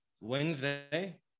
wednesday